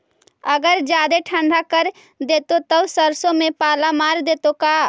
अगर जादे ठंडा कर देतै तब सरसों में पाला मार देतै का?